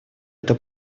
это